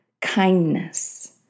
kindness